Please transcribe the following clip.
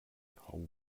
hau